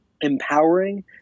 empowering